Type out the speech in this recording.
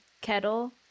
Kettle